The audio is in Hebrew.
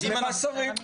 אז למה שרים?